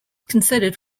considered